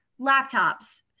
laptops